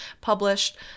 published